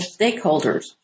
stakeholders